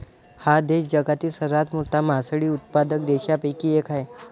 हा देश जगातील सर्वात मोठा मासळी उत्पादक देशांपैकी एक आहे